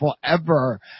forever